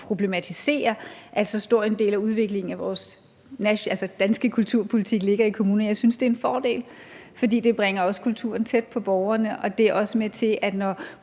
problematiserer, at så stor en del af den danske kulturpolitik ligger i kommunerne, men jeg synes, det er en fordel, fordi det også bringer kulturen tæt på borgerne – altså når